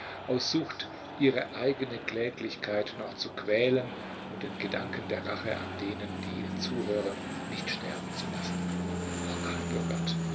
sucht ihre eigene kläglichkeit noch zu quälen und den gedanken der rache an denen die ihnen zuhören nicht sterben zu lassen o gott o gott